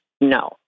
No